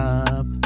up